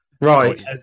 Right